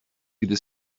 gdy